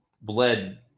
bled